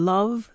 Love